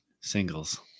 singles